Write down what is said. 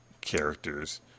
characters